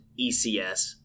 ECS